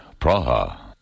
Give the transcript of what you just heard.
Praha